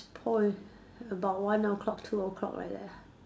point about one O clock two O clock like that lah